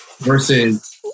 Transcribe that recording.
versus